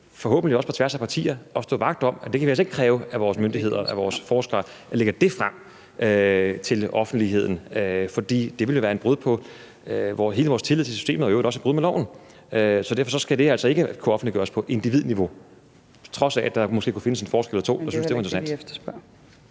forhåbentlig også på tværs af partierne – at stå fast på, at vi altså ikke kan kræve af vores myndigheder, at vores forskere skal lægge det frem for offentligheden. For det ville jo være et brud på hele vores tillid til systemet og i øvrigt også et brud på loven. Så derfor skal det altså ikke kunne offentliggøres på individniveau, på trods af at der måske kunne findes en forsker eller to, der syntes, det var interessant.